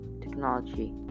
technology